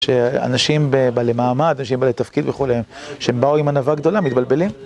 כשאנשים ב. בעלי מעמד, אנשים בעלח תפקיד וכולי, כשהם באו עם ענווה גדולה, הם מתבלבלים.